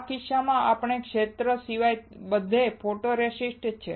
આ કિસ્સામાં આ ક્ષેત્ર સિવાય બધે ફોટોરેસિસ્ટ છે